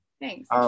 Thanks